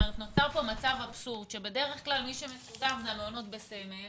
נוצר פה מצב אבסורדי שבדרך כלל מי שמפוקח זה המעונות בסמל,